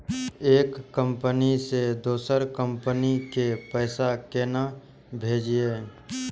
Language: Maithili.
एक कंपनी से दोसर कंपनी के पैसा केना भेजये?